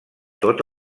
tot